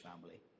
family